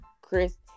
Chris